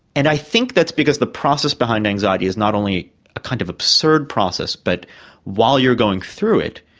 and i think that's because the process behind anxiety is not only a kind of absurd process, but while you're going through it,